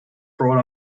broad